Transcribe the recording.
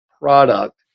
product